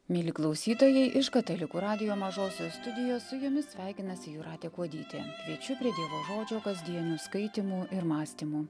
mieli klausytojai iš katalikų radijo mažosios studijos su jumis sveikinasi jūratė kuodytė kviečiu prie dievo žodžio kasdienių skaitymų ir mąstymų